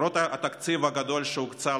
למרות התקציב הגדול שהוקצה,